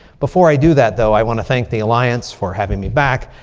before i do that, though, i want to thank the alliance for having me back.